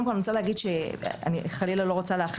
קודם כל אני רוצה להגיד שחלילה אני לא רוצה להכליל,